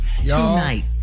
Tonight